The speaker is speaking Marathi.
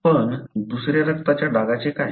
पण दुसऱ्या रक्ताच्या डागचे काय